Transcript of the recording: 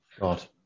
God